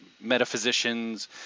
metaphysicians